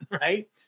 Right